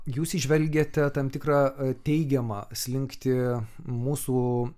jūs įžvelgiate tam tikrą teigiamą slinktį mūsų